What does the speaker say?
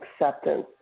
acceptance